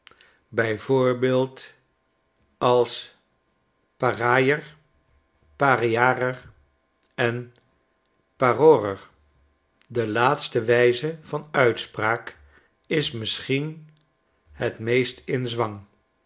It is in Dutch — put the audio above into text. r a a e r parearer en paroarer de laatste wijze van uitspraak is misschien het meest in zwang